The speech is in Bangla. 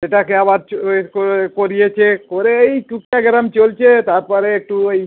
সেটাকে আবার চোয়ে কয়ে করিয়েছে করে এই টুকটাক এরকম চলছে তারপরে একটু ওই